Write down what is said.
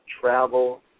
travel